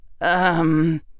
Um